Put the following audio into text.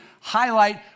highlight